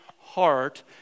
heart